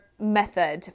Method